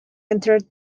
entered